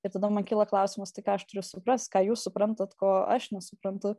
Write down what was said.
ir tada man kyla klausimas tai ką aš turiu suprast ką jūs suprantat ko aš nesuprantu